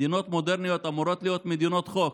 מדינות מודרניות אמורות להיות מדינות חוק.